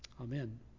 Amen